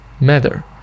matter